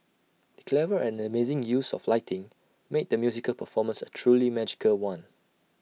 the clever and amazing use of lighting made the musical performance A truly magical one